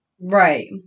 Right